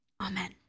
Amen